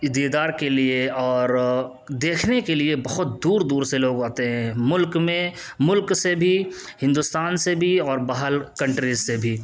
دیدار کے لیے اور دیکھنے کے لیے بہت دور دور سے لوگ آتے ہیں ملک میں ملک سے بھی ہندوستان سے بھی اور باہر کنٹری سے بھی